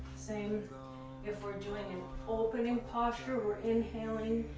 same if we're doing an opening posture, we're inhaling.